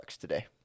today